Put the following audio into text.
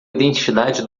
identidade